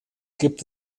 gibt